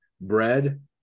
bread